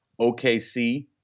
OKC